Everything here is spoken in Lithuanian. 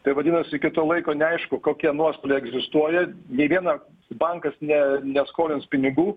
tai vadinasi iki to laiko neaišku kokie nuostoliai egzistuoja nei vienas bankas ne neskolins pinigų